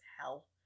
hell